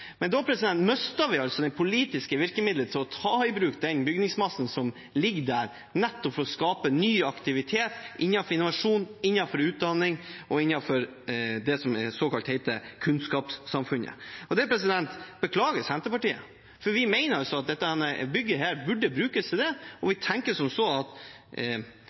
å ta i bruk den bygningsmassen som ligger der, nettopp for å skape ny aktivitet innen innovasjon, utdanning og det som såkalt heter kunnskapssamfunnet. Det beklager Senterpartiet. Vi mener at dette bygget burde brukes til dette. Vi tenker at selv om det i dag ikke per definisjon er innenfor Statsbyggs formål å sørge for denne regionale utviklingen, ville det ikke vært noe i veien for at